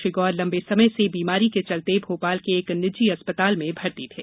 श्री गौर लम्बे समय से बीमारी के चलते भोपाल के एक निजी अस्पताल में भर्ती थे